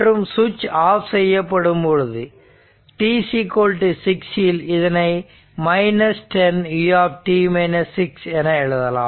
மற்றும் சுவிட்ச் ஆப் செய்யப்படும் பொழுது t6 இல் இதனை 10 u என எழுதலாம்